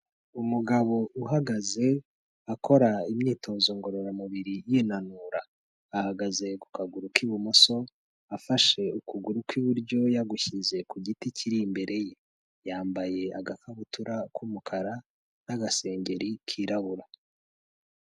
Umugabo uhagaze akora imyitozo ngororamubiri yinanura. Ahagaze ku kaguru k'ibumoso, afashe ukuguru kw'iburyo yagushyize ku giti kiri imbere ye. Yambaye agakabutura k'umukara n'agasengeri kirabura.